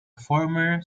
former